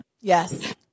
Yes